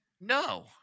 No